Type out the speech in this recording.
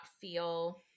feel